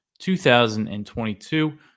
2022